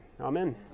Amen